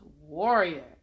warrior